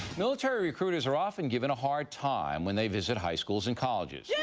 military recruiters are often given a hard time when they visit high schools and colleges. yeah